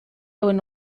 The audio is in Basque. hauen